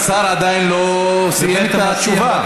השר עדיין לא סיים את התשובה.